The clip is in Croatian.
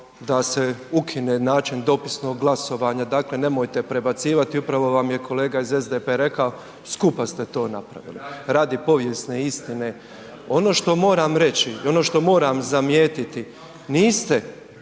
da se ukine način dopisnog glasovanja, dakle nemojte prebacivati i upravo vam je kolega iz SDP-a rekao skupa ste to napravili, radi povijesne istine. Ono što moram reći i ono što moram zamijetiti, niste